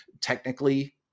technically